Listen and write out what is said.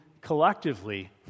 collectively